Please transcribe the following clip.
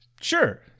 sure